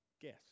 Guess